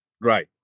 Right